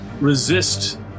Resist